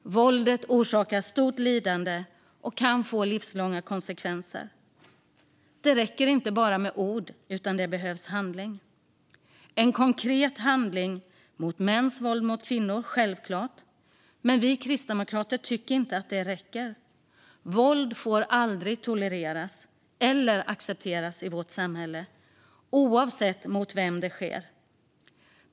Våldet orsakar stort lidande och kan leda till livslånga konsekvenser. Det räcker inte med bara ord. Det behövs handling, en konkret handling mot mäns våld mot kvinnor. Det är självklart. Men vi kristdemokrater tycker inte att det räcker. Våld får aldrig tolereras eller accepteras i vårt samhälle, oavsett mot vem det sker.